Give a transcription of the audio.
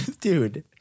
dude